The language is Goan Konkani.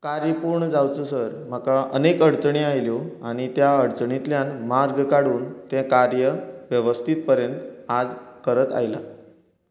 कार्य पूर्ण जावचसर म्हाका अनेक अडचणीं आयल्यो आनी त्या अडचणींतल्यान मार्ग काडून तें कार्य व्यवस्थीत पर्यंत आज करत आयला